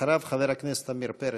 אחריו, חבר הכנסת עמיר פרץ.